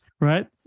right